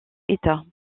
état